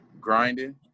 grinding